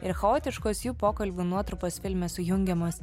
ir chaotiškos jų pokalbių nuotrupos filme sujungiamos